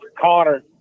Connor